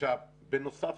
בנוסף,